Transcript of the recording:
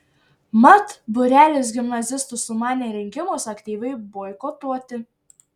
mat būrelis gimnazistų sumanė rinkimus aktyviai boikotuoti